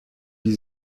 die